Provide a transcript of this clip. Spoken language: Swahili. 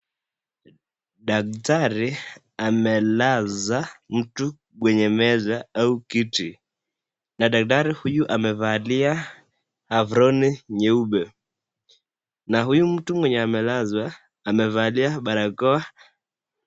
Daktari amelaza mtu kwenye meza au kiti na daktari huyu amevalia abroni nyeupe na huyu mtu mwenyeamelazwa amevalia barakoa.